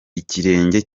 ikirenge